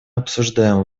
обсуждаем